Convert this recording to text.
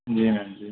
جی ma'am جی